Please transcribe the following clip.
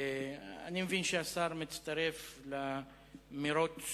אני מבין שהשר מצטרף למירוץ